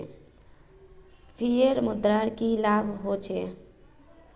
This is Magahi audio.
फिएट मुद्रार की लाभ होचे?